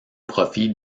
profit